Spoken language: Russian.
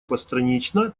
постранично